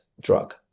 drug